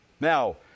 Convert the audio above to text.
Now